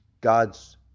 God's